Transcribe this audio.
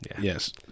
Yes